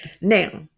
now